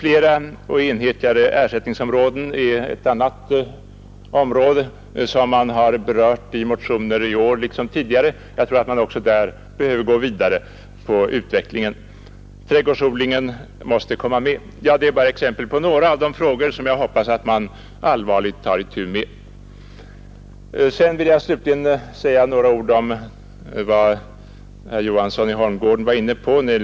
Flera och enhetligare ersättningsområden är en annan sak som föreslagits i motioner i år liksom tidigare. Jag tror att man också där behöver gå vidare i utvecklingen. Trädgårdsodlingen måste också komma med. — Ja, detta var bara några av de frågor som jag hoppas att man allvarligt tar itu med. Slutligen vill jag säga några ord om de behovsprövade bidragen, som också herr Johansson i Holmgården var inne på.